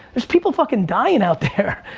there's people fucking dying out there.